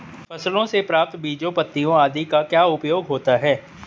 फसलों से प्राप्त बीजों पत्तियों आदि का क्या उपयोग होता है?